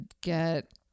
get